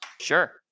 Sure